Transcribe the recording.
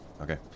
Okay